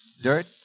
dirt